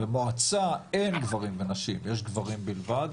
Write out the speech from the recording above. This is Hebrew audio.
במועצה אין גברים ונשים, יש גברים בלבד,